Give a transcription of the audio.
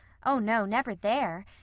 oh, no, never there!